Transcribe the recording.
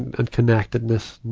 and, and connectedness,